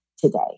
today